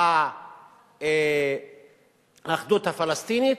האחדות הפלסטינית,